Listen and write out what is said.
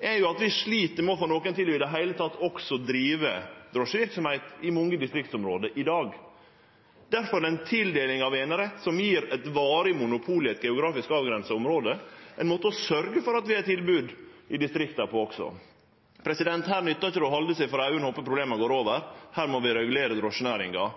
er at vi slit med å få nokon til i det heile å drive drosjeverksemd i mange distriktsområde i dag. Difor er ei tildeling av einerett, som gjev eit varig monopol i eit geografisk avgrensa område, ein måte å sørgje for at vi òg har tilbod i distrikta. Her nyttar det ikkje å halde seg for augo og håpe at problema går over, her må vi regulere drosjenæringa